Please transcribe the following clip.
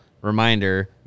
reminder